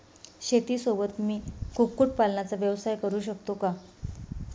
शेतीसोबत मी कुक्कुटपालनाचा व्यवसाय करु शकतो का?